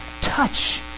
touch